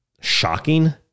shocking